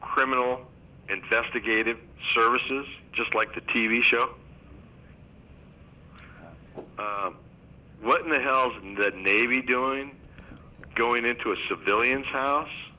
criminal investigative services just like the t v show what the hell's the navy doing going into a civilian house